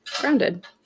grounded